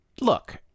Look